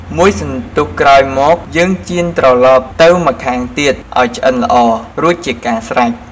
មួយសន្ទុះក្រោយមក យើងចៀនត្រឡប់ទៅម្ខាងទៀតឱ្យឆ្អិនល្អ រួចជាការស្រេច។